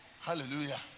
Hallelujah